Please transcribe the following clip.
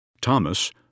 Thomas